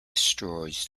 destroys